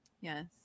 Yes